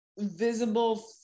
visible